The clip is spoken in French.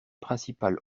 principal